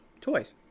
toys